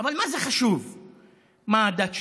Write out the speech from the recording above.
אבל מה זה חשוב מה הדת שלו?